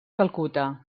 calcuta